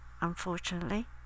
unfortunately